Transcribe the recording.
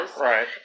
Right